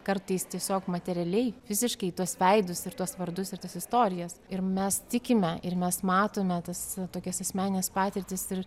kartais tiesiog materialiai fiziškai tuos veidus ir tuos vardus ir tas istorijas ir mes tikime ir mes matome tas tokias asmenines patirtis ir